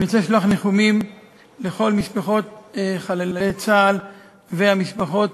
אני רוצה לשלוח ניחומים לכל משפחות חללי צה"ל ומשפחות